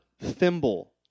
thimble